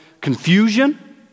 confusion